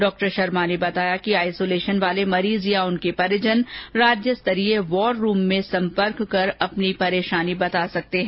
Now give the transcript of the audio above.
doctor Sharma ने बताया कि आइसोलेशन वाले मरीज या उनके परिजन राज्य स्तरीय वॉर रूम में संपर्क कर अपनी परेशानी बता सकते हैं